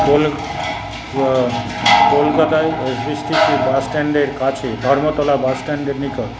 call কলকাতায় S B S T C বাসস্ট্যান্ডের কাছে ধর্মতলা বাসস্ট্যান্ডের নিকট